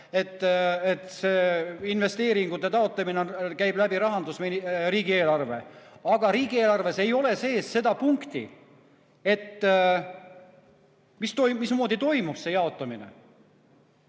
see investeeringute taotlemine käib läbi riigieelarve, aga riigieelarves ei ole sees seda punkti, mismoodi toimub see jaotamine.